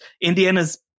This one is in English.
Indiana's